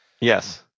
Yes